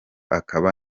akaba